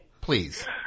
please